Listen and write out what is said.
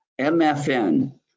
MFN